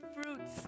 fruits